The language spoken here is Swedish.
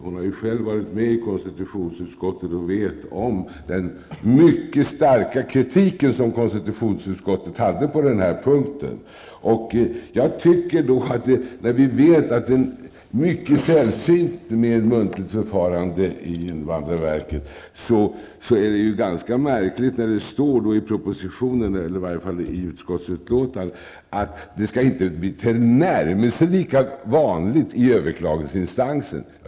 Hon har själv varit med i konstitutionsutskottet och känner till konstitutionsutskottets mycket starka kritik på den här punkten. När vi vet att det är mycket sällsynt med muntligt förfarande i invandrarverket, är det ganska märkligt när det står i utskottsbetänkandet att det inte skall bli tillnärmelsevis lika vanligt i överklagningsinstansen.